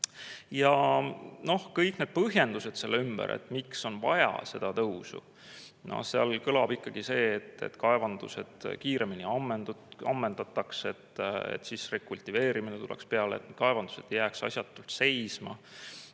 Kõikides nendes põhjendustes selle ümber, miks on vaja seda tõusu, kõlab ikkagi see, et kaevandused kiiremini ammendataks, et rekultiveerimine tuleks peale, et kaevandused ei jääks asjatult seisma.